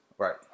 Right